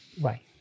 Right